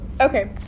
Okay